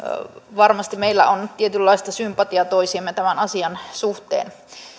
varmasti tunnemme tietynlaista sympatiaa toisiamme kohtaan tämän asian suhteen